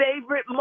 favorite